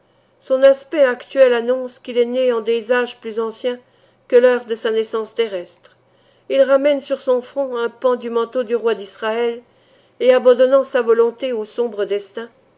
son aspect actuel annonce qu'il est né en des âges plus anciens que l'heure de sa naissance terrestre il ramène sur son front un pan du manteau du roi d'israël et abandonnant sa volonté au sombre destin